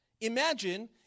Imagine